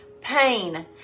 pain